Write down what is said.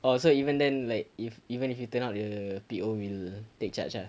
orh so even then like if even if you turn out the P_O will take charge lah